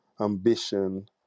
ambition